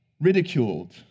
ridiculed